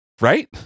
Right